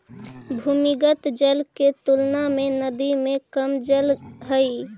भूमिगत जल के तुलना में नदी में कम जल हई